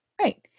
right